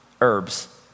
herbs